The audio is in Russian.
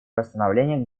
восстановления